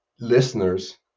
listeners